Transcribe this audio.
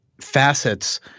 facets